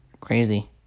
crazy